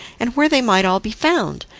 and where they might all be found.